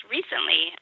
recently